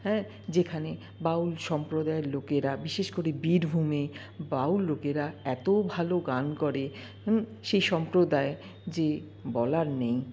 হ্যাঁ যেখানে বাউল সম্প্রদায়ের লোকেরা বিশেষ করে বীরভূমে বাউল লোকেরা এত ভালো গান করে সে সম্প্রদায় যে বলার নেই